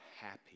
happy